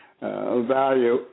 Value